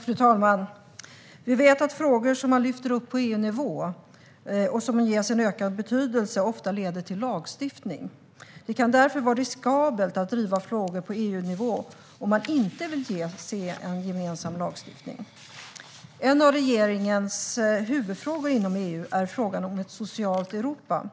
Fru talman! Vi vet att frågor som lyfts upp på EU-nivå och ges ökad betydelse ofta leder till lagstiftning. Det kan därför vara riskabelt att driva frågor på EU-nivå om man inte vill se en gemensam lagstiftning. En av regeringens huvudfrågor inom EU är frågan om ett socialt Europa,